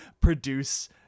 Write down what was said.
produce